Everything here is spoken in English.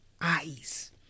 eyes